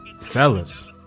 Fellas